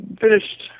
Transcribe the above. finished